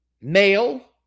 male